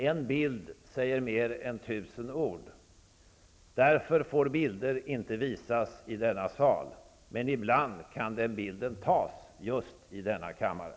En bild säger mer än tusen ord. Därför får bilder inte visas i denna sal, men ibland kan den bilden tas just i denna kammare.